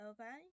Okay